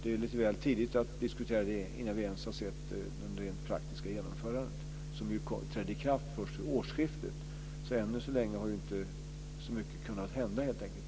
Det är dock lite väl tidigt att diskutera det innan vi ens har sett det rent praktiska genomförandet. Detta trädde ju i kraft först vid årsskiftet, så än så länge har inte så mycket kunnat hända på området.